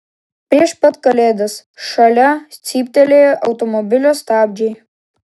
prieš pat kalėdas šalia cyptelėjo automobilio stabdžiai